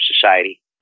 society